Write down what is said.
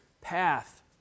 path